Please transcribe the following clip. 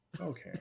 Okay